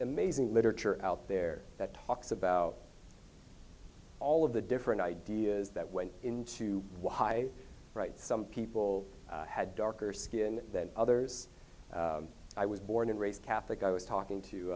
amazing literature out there that talks about all of the different ideas that went into high right some people had darker skin than others i was born and raised catholic i was talking to